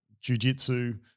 jiu-jitsu